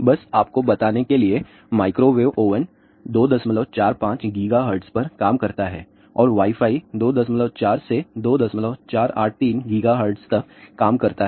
बस आपको बताने के लिए माइक्रोवेव ओवन 245 गीगाहर्ट्ज पर काम करता है और वाई फाई 24 से 2483 गीगाहर्ट्ज तक काम करता है